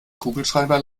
kugelschreiber